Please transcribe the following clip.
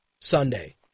Sunday